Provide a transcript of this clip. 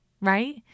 Right